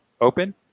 open